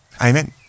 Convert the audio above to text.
amen